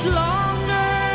longer